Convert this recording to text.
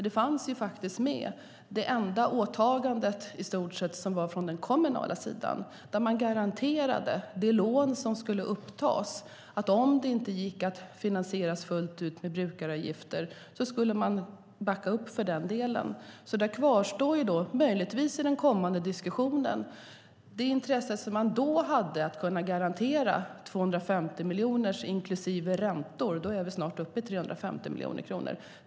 Det fanns ett enda åtagande, i stort sett, som var från den kommunala sidan. Man garanterade det lån som skulle upptas. Om det inte gick att finansiera fullt ut med brukaravgifter skulle man backa upp i den delen. Detta kvarstår möjligtvis i den kommande diskussionen. Det intresse som man då hade handlade om att kunna garantera 250 miljoner plus räntor - då är vi snart uppe i 350 miljoner kronor.